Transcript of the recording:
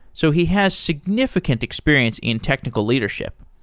so he has significant experience in technical leadership.